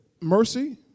mercy